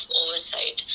oversight